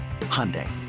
Hyundai